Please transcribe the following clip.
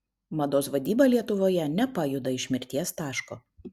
mados vadyba lietuvoje nepajuda iš mirties taško